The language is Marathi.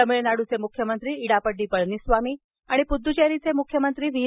तमिळनाडूचे मुख्यमंत्री इडापड्डी पळणीस्वामी आणि पुद्दुचेरीचे मुख्यमंत्री व्ही